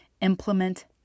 Implement